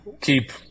keep